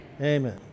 Amen